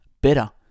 Better